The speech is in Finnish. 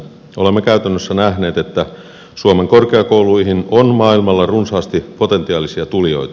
olemme käytännössä nähneet että suomen korkeakouluihin on maailmalla runsaasti potentiaalisia tulijoita